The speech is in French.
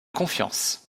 confiance